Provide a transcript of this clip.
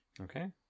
Okay